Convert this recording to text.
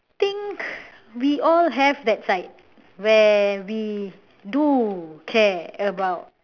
think we all have that side where we do care about